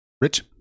Rich